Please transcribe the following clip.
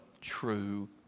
true